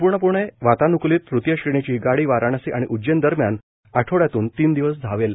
संपूर्णपणे वातान्कूलीत तृतीय श्रेणीची ही गाधी वाराणसी आणि उज्जैनदरम्यान आठवड्यातून तीन दिवस धावेल